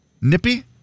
Nippy